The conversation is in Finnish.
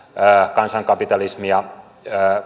kansankapitalismia